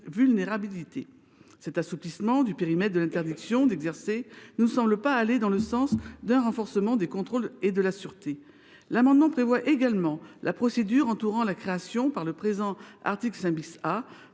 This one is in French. vulnérabilité. Cet assouplissement du périmètre de l’interdiction d’exercer ne semble pas aller dans le sens d’un renforcement des contrôles et de la sûreté. L’amendement vise également à prévoir la procédure entourant la création par le présent article 5 A